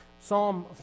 Psalm